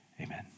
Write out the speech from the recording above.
amen